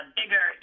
bigger